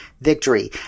victory